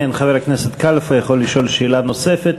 כן, חבר הכנסת קלפה יכול לשאול שאלה נוספת.